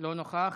לא נוכח,